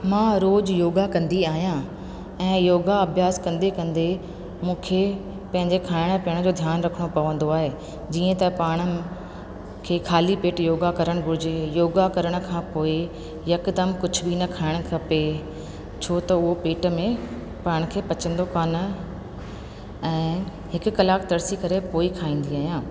मां रोजु योगा कंदी आहियां ऐं योगा अभ्यास कंदे कंदे मूंखे पंहिंजे खाइण पीअण जो ध्यानु रखणो पवंदो आहे जीअं त पाण खे खाली पेट योगा करणु घुर्जे योगा करण खां पोएं हिकदमि कुझु बि न खाइणु खपे छो त उहो पेट में पाण खे पचंदो कान ऐं हिकु कलाकु तरिसी करे पोइ ई खाईंदी आहियां